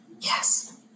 yes